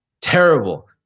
terrible